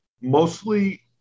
Mostly